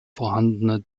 vorhandene